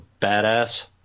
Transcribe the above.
badass